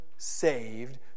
Saved